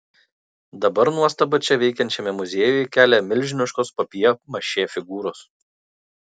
dabar nuostabą čia veikiančiame muziejuje kelia milžiniškos papjė mašė figūros